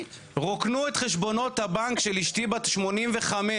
רוקנו את חשבונות הבנק של אשתי בת 85,